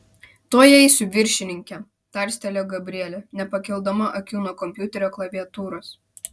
tuoj eisiu viršininke tarstelėjo gabrielė nepakeldama akių nuo kompiuterio klaviatūros